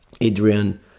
Adrian